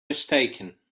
mistaken